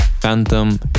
Phantom